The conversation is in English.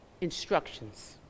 instructions